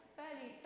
fairly